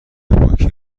پاکی